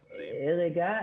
רגע.